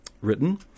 written